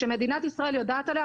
שמדינת ישראל יודעת עליו,